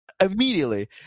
immediately